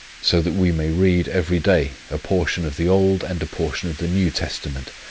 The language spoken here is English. so that we may read every day a portion of the old and a portion of the new testament,